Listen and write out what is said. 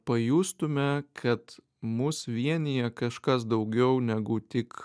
pajustume kad mus vienija kažkas daugiau negu tik